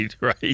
right